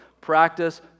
Practice